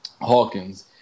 Hawkins